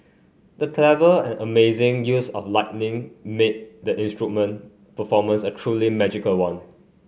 the clever and amazing use of lightning made the instrument performance a truly magical one